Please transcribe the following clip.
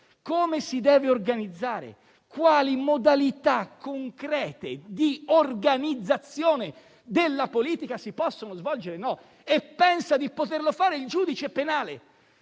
come si deve organizzare, quali modalità concrete di organizzazione della politica si possano fare oppure no. E pensa di poterlo fare il giudice penale.